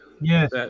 yes